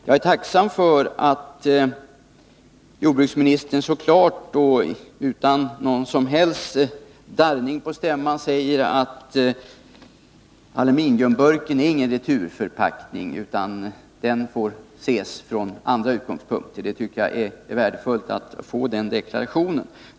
Jag är tacksam för att jordbruksministern så klart och utan något som helst darr på stämman säger att aluminiumburken inte är någon returförpackning utan får ses från andra utgångspunkter. Jag tycker att det är värdefullt att få den deklarationen.